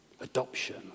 adoption